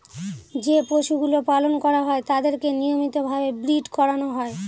যে পশুগুলো পালন করা হয় তাদেরকে নিয়মিত ভাবে ব্রীড করানো হয়